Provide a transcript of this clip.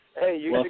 Hey